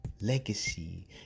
legacy